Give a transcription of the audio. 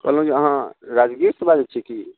कहलहुँ जे अहाँ राजगीरसँ बाजैत छी की